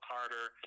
Carter